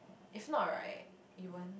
if not right he won't